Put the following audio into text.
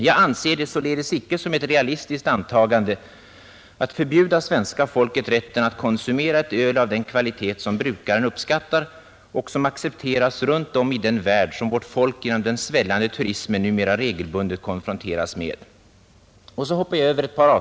Jag anser det således icke som ett realistiskt antagande att förbjuda svenska folket rätten att konsumera ett öl av den kvalitet som brukaren uppskattar och som accepteras runt om i den värld som vårt folk genom den svällande turismen numera regelbundet konfronteras med.